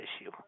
issue